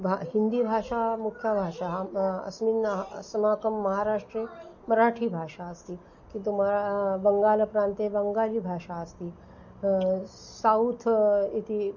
भ हिन्दीभाषा मुख्यभाषा अस्मिन् अस्माकं महाराष्ट्रे मराठीभाषा अस्ति किन्तु बङ्गालप्रान्ते बङ्गालीभाषा अस्ति सौथ् इति